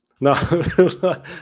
No